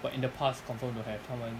but in the past confirmed will have 他们